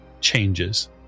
changes